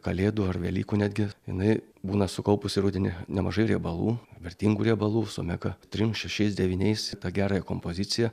kalėdų ar velykų netgi jinai būna sukaupusi rudenį nemažai riebalų vertingų riebalų su omega trim šešiais devyniais tą gerąją kompoziciją